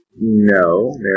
No